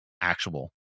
actual